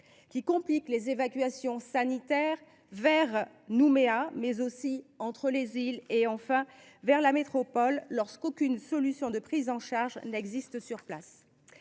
qui complique les évacuations sanitaires vers Nouméa, mais aussi entre les îles et vers la métropole, lorsqu’aucune solution de prise en charge n’existe sur place.